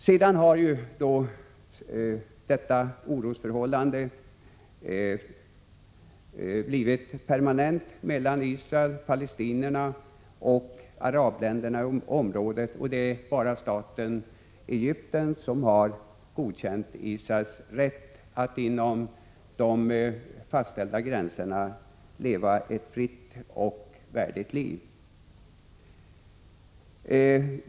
69 Sedan har detta orosförhållande mellan Israel, palestinierna och arablän 19 november 1986 derna i området blivit permanent. Det är bara Egypten som har godkänt Israels rätt att inom de fastställda gränserna leva ett fritt och värdigt liv.